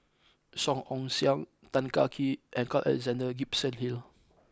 Song Ong Siang Tan Kah Kee and Carl Alexander Gibson Hill